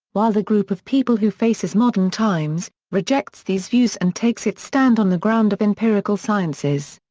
while the group of people who faces modern times, rejects these views and takes its stand on the ground of empirical sciences.